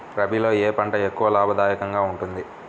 రబీలో ఏ పంట ఎక్కువ లాభదాయకంగా ఉంటుంది?